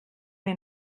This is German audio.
wir